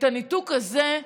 את הניתוק הזה,